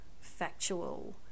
factual